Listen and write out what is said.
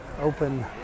open